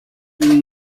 did